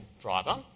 driver